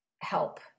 help